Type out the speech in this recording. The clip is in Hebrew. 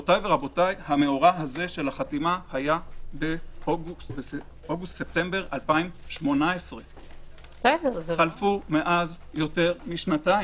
המאורע הזה של החתימה היה באוגוסט-ספטמבר 2018. חלפו מאז יותר משנתיים.